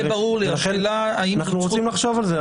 לכן אנחנו רוצים לחשוב על זה.